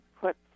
put